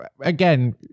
again